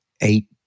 eight